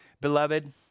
Beloved